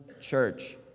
church